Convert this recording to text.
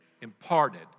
imparted